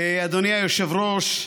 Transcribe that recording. אדוני היושב-ראש,